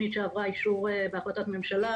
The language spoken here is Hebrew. תוכנית שעברה אישור בהחלטת ממשלה